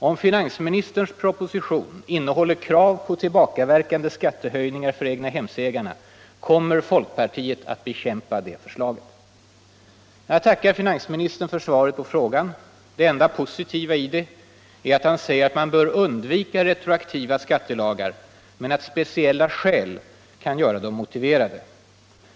Om finansministerns proposition innehåller krav på tillbakaverkande skattehöjningar för egnahemsägarna kommer folkpartiet att bekämpa det förslaget. Jag tackar finansministern för svaret på frågan. Det enda positiva i det är att han säger att man ”bör undvika” retroaktiva skattelagar men att ”speciella skäl” kan göra dem motiverade.